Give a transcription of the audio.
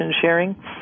sharing